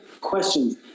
questions